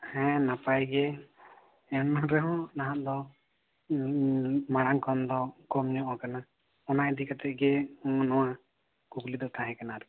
ᱦᱮᱸ ᱱᱟᱯᱟᱭᱜᱮ ᱮᱱᱨᱮᱦᱚᱸ ᱱᱟᱦᱟᱜ ᱫᱚ ᱢᱟᱲᱟᱝ ᱠᱷᱚᱱ ᱫᱚ ᱠᱚᱢ ᱧᱚᱜ ᱠᱟᱱᱟ ᱚᱱᱟ ᱤᱫᱤ ᱠᱟᱛᱮᱜ ᱜᱮ ᱱᱚᱣᱟ ᱠᱩᱠᱞᱤ ᱫᱚ ᱛᱟᱦᱮᱸ ᱠᱟᱱᱟ ᱟᱨᱠᱤ